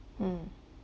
mm